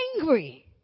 angry